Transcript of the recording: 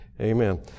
Amen